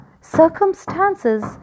circumstances